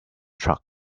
truck